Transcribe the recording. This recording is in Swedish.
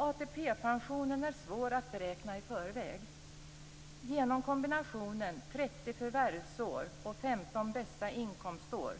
ATP-pensionen är svår att beräkna i förväg. Genom kombinationen 30 förvärvsår och 15 bästa inkomstår